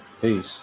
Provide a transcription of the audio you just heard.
Peace